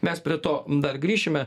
mes prie to dar grįšime